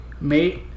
mate